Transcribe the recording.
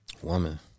Woman